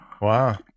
Wow